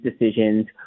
decisions